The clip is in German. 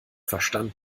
verstanden